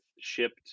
shipped